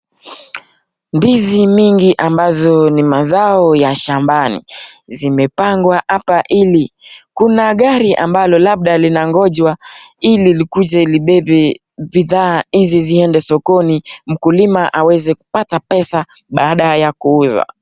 Ndizi mingi ambayo ni mazao ya shambani, zimepangwa hapa ili, kuna gari ambalo linangonjwa ili likuje kubeba bidhaa hizi kwenda sokoni, ili mkulima aweze kupata pesa baada ya kusiuza.